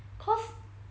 cause